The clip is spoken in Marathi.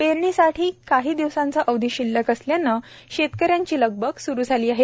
पेरणीसाठी काही दिवसांचा अवधी शिल्लक असल्याने शेतकऱ्यांची लगबग सुरू झाली आहे